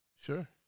sure